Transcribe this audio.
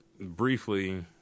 Briefly